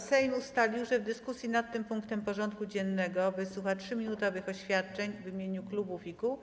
Sejm ustalił, że w dyskusji nad tym punktem porządku dziennego wysłucha 3-minutowych oświadczeń w imieniu klubów i kół.